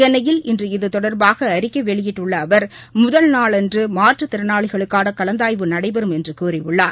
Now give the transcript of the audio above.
சென்னையில் இன்று இது தொடர்பாக அறிக்கை வெளியிட்டுள்ள அவர் ழகல் நாளன்று மாற்றுத் திறனாளிகளுக்கான கலந்தாய்வு நடைபெறும் என்று கூறியுள்ளார்